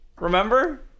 Remember